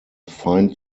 fine